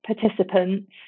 participants